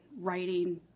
writing